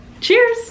cheers